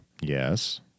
Yes